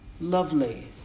lovely